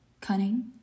cunning